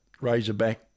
Razorback